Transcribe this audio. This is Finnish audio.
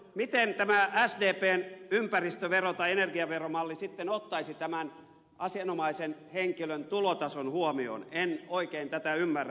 miten tämä sdpn ympäristövero tai energiaveromalli sitten ottaisi tämän asianomaisen henkilön tulotason huomioon en oikein tätä ymmärrä